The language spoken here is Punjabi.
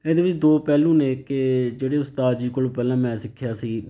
ਇਹਦੇ ਵਿੱਚ ਦੋ ਪਹਿਲੂ ਨੇ ਕਿ ਜਿਹੜੇ ਉਸਤਾਦ ਜੀ ਕੋਲ ਪਹਿਲਾਂ ਮੈਂ ਸਿੱਖਿਆ ਸੀ